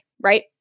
right